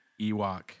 Ewok